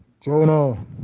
Jonah